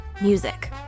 music